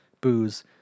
booze